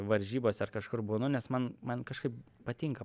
varžybose ar kažkur būnu nes man man kažkaip patinka